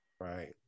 right